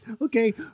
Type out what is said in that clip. Okay